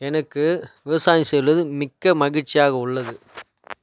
எனக்கு விவசாயம் செய்வதில் மிக்க மகிழ்ச்சியாக உள்ளது